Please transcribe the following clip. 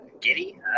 giddy